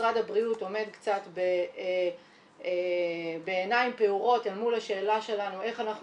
משרד הבריאות עומד קצת בעיניים פעורות אל מול השאלה שלנו איך אנחנו